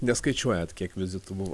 neskaičiuojat kiek vizitų buvo